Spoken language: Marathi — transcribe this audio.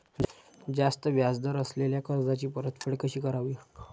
जास्त व्याज दर असलेल्या कर्जाची परतफेड कशी करावी?